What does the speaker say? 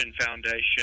Foundation